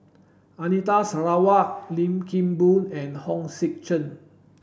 Anita Sarawak Lim Kim Boon and Hong Sek Chern